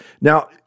Now